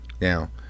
Now